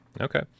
Okay